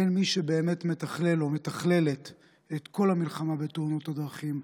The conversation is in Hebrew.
אין מי שבאמת מתכלל או מתכללת את כל המלחמה בתאונות הדרכים,